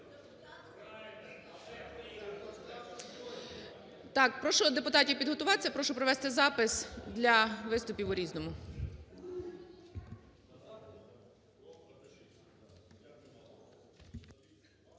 Так, прошу депутатів підготуватися, прошу провести запис для виступів у "Різному".